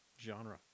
genre